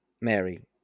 Mary